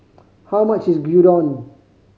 how much is Gyudon